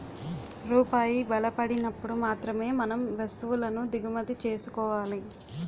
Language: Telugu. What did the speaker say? రూపాయి బలపడినప్పుడు మాత్రమే మనం వస్తువులను దిగుమతి చేసుకోవాలి